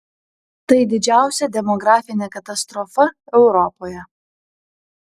tai didžiausia demografinė katastrofa europoje